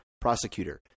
prosecutor